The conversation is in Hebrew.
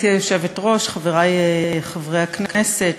גברתי היושבת-ראש, חברי חברי הכנסת,